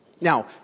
Now